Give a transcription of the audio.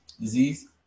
disease